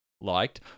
liked